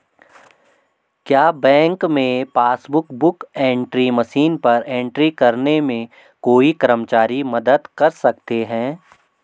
क्या बैंक में passbook book entry machine पर एंट्री करने में कोई कर्मचारी मदद कर सकते हैं?